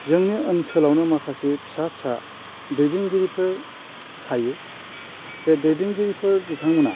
जोंनि ओनसोलावनो माखासे फिसा फिसा दैदेनगिरिफोर थायो बे दैदेनगिरिफोर बिथांमोनहा